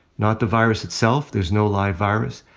not the virus itself. there's no live virus.